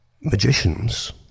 magicians